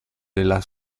della